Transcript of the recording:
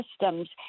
systems